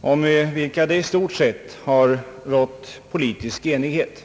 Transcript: om vilka det i stort sett har rått politisk enighet.